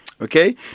Okay